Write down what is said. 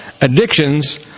Addictions